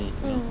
mm